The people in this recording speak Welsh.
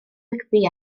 rygbi